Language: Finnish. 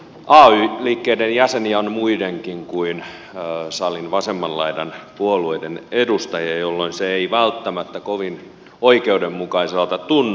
ay liikkeiden jäseninä on muidenkin kuin salin vasemman laidan puolueiden edustajia jolloin se ei välttämättä kovin oikeudenmukaiselta tunnu